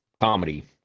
comedy